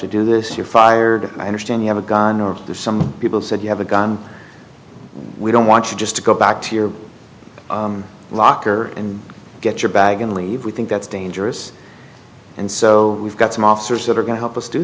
to do this you're fired i understand you have a gun or there's some people said you have a gun we don't want to just go back to your locker and get your bag and leave we think that's dangerous and so we've got some officers that are going to help us do